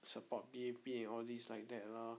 support P_A_P and all these like that lor